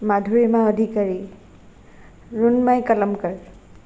Madhurima Adhikari Runmai কলমকাৰ